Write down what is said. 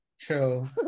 True